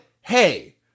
hey